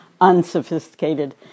unsophisticated